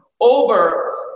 over